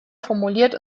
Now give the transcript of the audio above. formuliert